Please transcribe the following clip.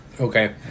Okay